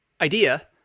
idea